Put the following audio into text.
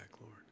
Lord